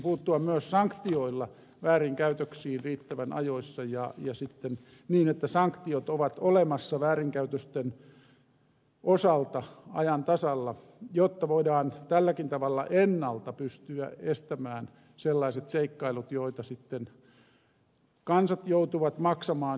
puuttuminen myös sanktioilla väärinkäytöksiin riittävän ajoissa ja niin että sanktiot ovat olemassa väärinkäytösten osalta ajan tasalla jotta voidaan tälläkin tavalla pystyä ennalta estämään sellaiset seikkailut joita sitten kansat joutuvat maksamaan